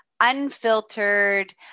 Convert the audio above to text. unfiltered